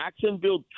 Jacksonville